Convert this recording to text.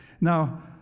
Now